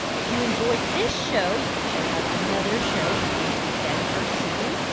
if you enjoyed this show, you can check out another show coming to denver soon.